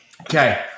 okay